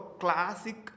classic